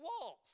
walls